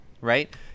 Right